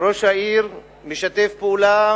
ראש העיר משתף פעולה